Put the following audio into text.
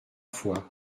fois